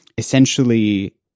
Essentially